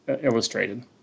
illustrated